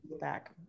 back